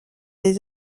des